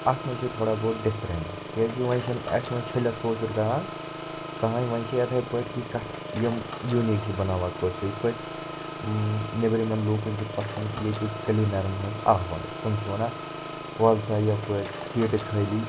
اَتھ منٛز چھ تھوڑا بہت ڈِفرَنٕس کیازِ کہِ وَنہِ چھُنہٕ اسہِ منٛز چھلِتھ کٲشُر کَران کٕہٕنۍ وَنہِ چھُ اِتھٕے پٲٹھۍ کہِ کَتھٕ یِم یوٗنیٖک چھُ بَناوان کٲشرِس یتھ پٲٹھۍ نیٚبرِمؠن لوٗکَن چھُ پَسند ییٚتیِکۍ کلیٖنَرَن ہٕنز آواز تِم چھِ وَنان وَل سا یَپٲرۍ سیٖٹہٕ خٲلی